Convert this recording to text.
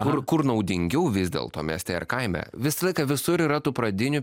kur kur naudingiau vis dėlto mieste ar kaime visą laiką visur yra tų pradinių